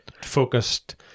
focused